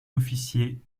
officier